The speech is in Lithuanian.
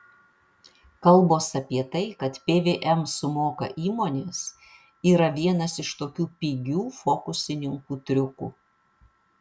kalbos apie tai kad pvm sumoka įmonės yra vienas iš tokių pigių fokusininkų triukų